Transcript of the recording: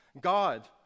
God